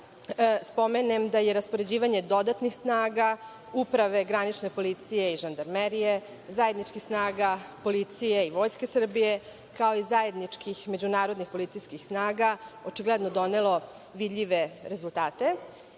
spomenem da je raspoređivanje dodatnih snaga uprave granične policije i žandarmerije, zajedničkih snaga policije i Vojske Srbije, kao i zajedničkih međunarodnih policijskih snaga očigledno donelo vidljive rezultate.